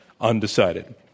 undecided